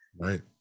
right